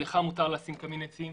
לך מותר לשים קמין עצים,